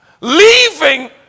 leaving